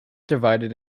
divided